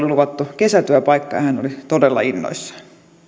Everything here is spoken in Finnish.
luvattu kesätyöpaikka ja hän oli todella innoissaan